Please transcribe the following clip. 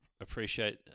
appreciate